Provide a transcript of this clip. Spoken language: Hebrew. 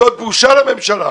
זאת בושה לממשלה.